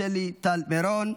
שלי טל מירון,